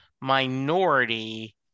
minority